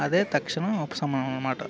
అదే తక్షణ ఉపశమనం అన్నమాట